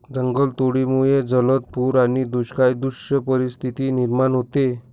जंगलतोडीमुळे जलद पूर आणि दुष्काळसदृश परिस्थिती निर्माण होते